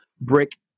brick